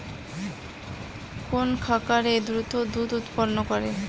কোন খাকারে দ্রুত দুধ উৎপন্ন করে?